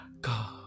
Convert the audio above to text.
God